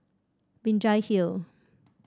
Binjai Hill